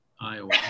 Iowa